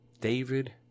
David